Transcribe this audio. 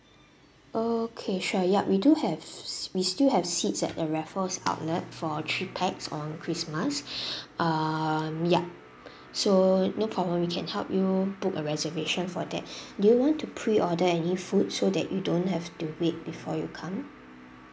okay sure yup we do have s~ we still have seats at a raffles outlet for three pax on christmas uh ya so no problem we can help you book a reservation for that do you want to pre-order any food so that you don't have to wait before you come